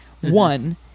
one